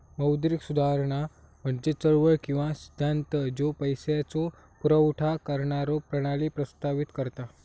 मौद्रिक सुधारणा म्हणजे चळवळ किंवा सिद्धांत ज्यो पैशाचो पुरवठा करणारो प्रणाली प्रस्तावित करता